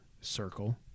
Circle